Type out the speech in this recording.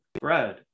bread